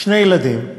שני ילדים,